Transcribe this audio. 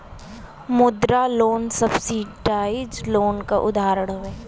मुद्रा loan subsidise loan क उदाहरण हौ